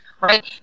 Right